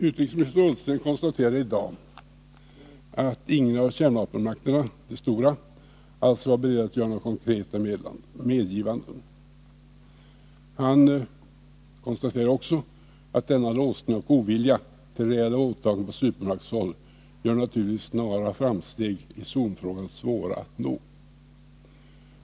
Utrikesminister Ullsten konstaterade i dag att ingen av de stora kärnvapenmakterna var beredd att göra några konkreta medgivanden. Han konstaterade också att denna låsning och ovilja till reella åtaganden från supermaktshåll naturligtvis gör snara framsteg i zonfrågan svåra att nå.